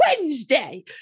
Wednesday